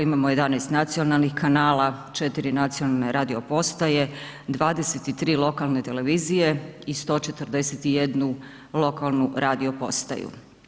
Imamo 11 nacionalnih kanala, 4 nacionalne radio postaje, 23 lokalne televizije i 141 lokalnu radio postaju.